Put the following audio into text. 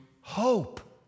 hope